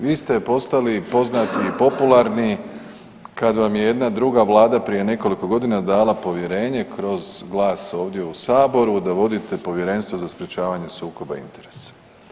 Vi ste postali poznati i popularni kada vam je jedna druga Vlada prije nekoliko godina dala povjerenje kroz glas ovdje u Saboru da vodite Povjerenstvo za sprječavanje sukoba interesa.